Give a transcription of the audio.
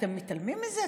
אתם מתעלמים מזה?